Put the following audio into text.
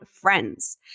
friends